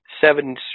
Seven